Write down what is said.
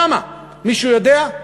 כמה, מישהו יודע?